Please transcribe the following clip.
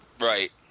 Right